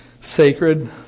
sacred